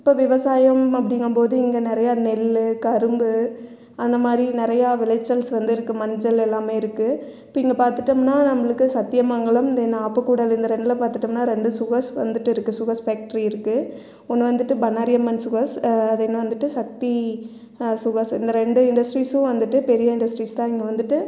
இப்போ விவசாயம் அப்டிங்கும்போது இங்கே நிறைய நெல் கரும்பு அந்தமாதிரி நிறையா விளைச்சல் வந்து இருக்குது மஞ்சள் எல்லாமே இருக்குது இப்போ இங்கே பாத்துட்டோம்னா நம்மளுக்கு சத்தியமங்கலம் ஆப்பகூடல் இந்த ரெண்டில் பாத்துட்டோம்னா ரெண்டு சுகர்ஸ் வந்துவிட்டு இருக்குது சுகர்ஸ் ஃபேக்டரி இருக்குது ஒன்று வந்துவிட்டு பண்ணாரியம்மன் சுகர்ஸ் அது இன்னும் வந்துவிட்டு சக்தி சுகர்ஸ் இந்த ரெண்டு இண்டஸ்ட்ரீஸும் வந்துவிட்டு பெரிய இண்டஸ்ட்ரீஸ் தான் இங்கே வந்துவிட்டு